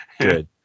Good